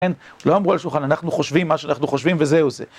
לא אמרו על שולחן, אנחנו חושבים מה שאנחנו חושבים, וזהו זה.